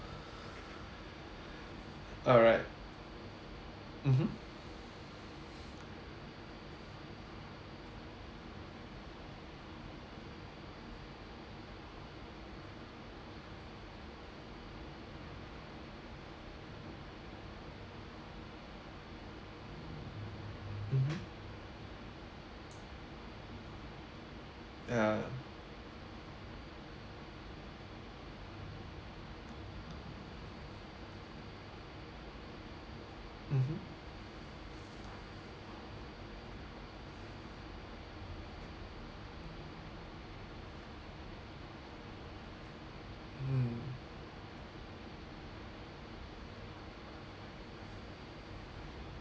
alright mmhmm mmhmm ya mmhmm mm